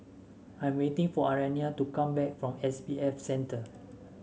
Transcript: I'm waiting for Ariana to come back from S B F Center